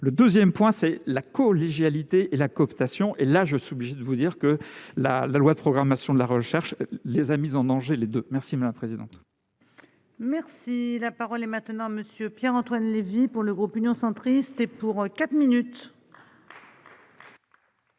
le 2ème point c'est la collégialité et la cooptation et là je suis obligé de vous dire que la la loi de programmation de la recherche, les a mis en danger les 2 merci. Merci, la parole est maintenant Monsieur Pierre-Antoine Levi pour le groupe Union centriste et pour 4 minutes.